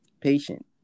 patient